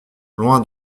loin